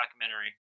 documentary